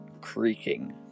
creaking